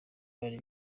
bari